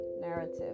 narrative